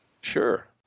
Sure